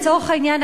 לצורך העניין,